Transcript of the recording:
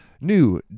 New